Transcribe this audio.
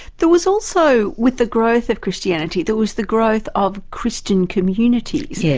there was also with the growth of christianity, there was the growth of christian communities, yeah